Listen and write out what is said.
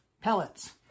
pellets